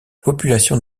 population